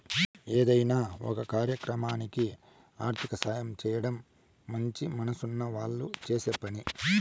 ఏదైనా ఒక కార్యక్రమానికి ఆర్థిక సాయం చేయడం మంచి మనసున్న వాళ్ళు చేసే పని